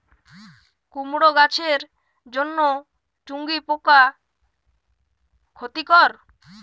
কুমড়ো গাছের জন্য চুঙ্গি পোকা ক্ষতিকর?